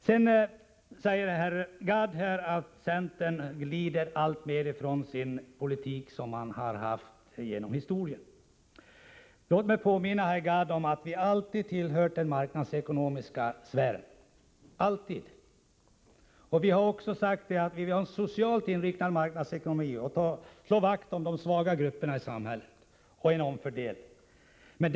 Sedan sade herr Gadd att centern alltmer glidit från den politik som man haft genom historien. Låt mig påminna herr Gadd om att centerpartiet alltid hållit sig till den marknadsekonomiska sfären. Vi har alltid sagt att vi vill ha en socialt inriktad marknadsekonomi, att vi vill slå vakt om de svaga grupperna i samhället och att vi vill ha en omfördelning.